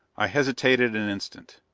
i hesitated an instant.